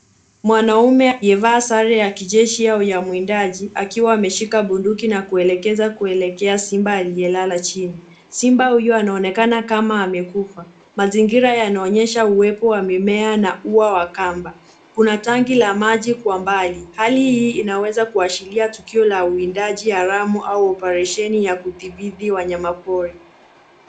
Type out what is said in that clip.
Mwanaume aliyevaa sare ya kijeshi au mwindaji akiwa ameshika bunduki na kuelekeza kuelekea simba aliyelala chini, simba huyu anaonekana kama mekufa. Mazingira yanaonyesha uwepo wa mazingira na ua wa kamba. Kuna tangi la maji kwa mbali, hali hii inaweza kuashiria tukio la uwindaji haramu au oparesheninya kudhbiti wanyama pori.